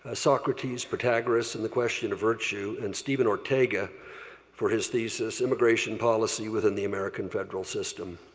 ah socrates, pythagoras, and the question of virtue, and steven ortega for his thesis, immigration policy within the american federal system.